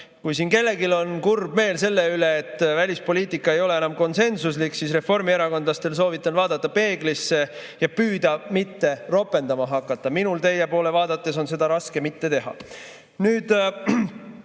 Kui siin kellelgi on kurb meel selle üle, et välispoliitika ei ole enam konsensuslik, siis reformierakondlastel soovitan vaadata peeglisse ja püüda mitte ropendama hakata. Minul teie poole vaadates on seda raske mitte teha. Nagu